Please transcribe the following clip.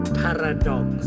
paradox